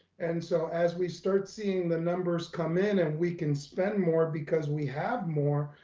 and so as we start seeing the numbers come in and we can spend more because we have more,